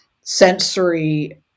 sensory